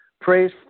praise